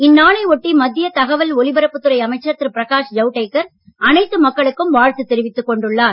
இந்நாளை ஒட்டி மத்திய தகவல் ஒலிபரப்புத் துறை அமைச்சர் திரு பிரகாஷ் ஜவ்டேகர் அனைத்து மக்களுக்கும் வாழ்த்து தெரிவித்துக் கொண்டுள்ளார்